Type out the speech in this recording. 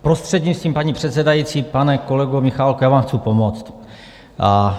Prostřednictvím paní předsedající, pane kolego Michálku, já vám chci pomoct.